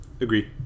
Agree